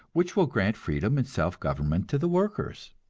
which will grant freedom and self-government to the workers.